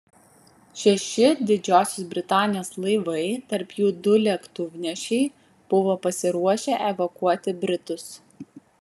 šeši didžiosios britanijos laivai tarp jų du lėktuvnešiai buvo pasiruošę evakuoti britus